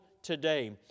today